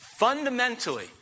fundamentally